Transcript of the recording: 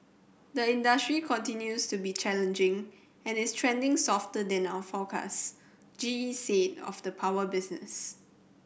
the industry continues to be challenging and is trending softer than our forecast G E said of the power business